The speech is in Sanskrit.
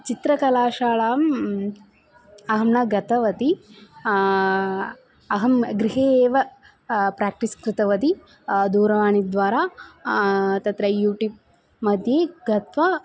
चित्रकलाशालाम् अहं न गतवती अहं गृहे एव प्राक्टिस् कृतवती दूरवाणीद्वारा तत्र यूट्यूब्मध्ये गत्वा